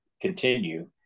continue